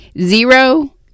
Zero